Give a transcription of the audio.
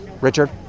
Richard